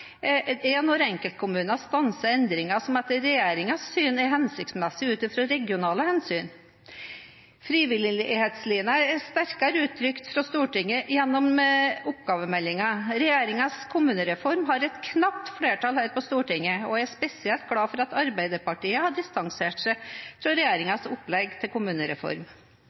når enkeltkommuner stanser endringer som etter regjeringens syn er hensiktsmessige ut fra regionale hensyn. Frivillighetslinjen er blitt sterkere uttrykt fra Stortinget gjennom oppgavemeldingen. Regjeringens kommunereform har et knapt flertall her på Stortinget. Jeg er spesielt glad for at Arbeiderpartiet har distansert seg fra regjeringens opplegg til kommunereform.